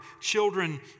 children